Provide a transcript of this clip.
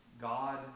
God